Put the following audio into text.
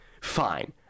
Fine